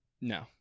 No